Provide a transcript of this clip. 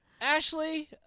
Ashley